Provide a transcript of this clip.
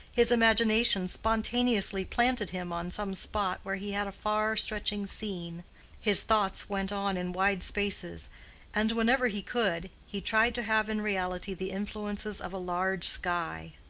his imagination spontaneously planted him on some spot where he had a far-stretching scene his thoughts went on in wide spaces and whenever he could, he tried to have in reality the influences of a large sky.